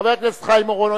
חבר הכנסת חיים אורון,